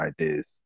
ideas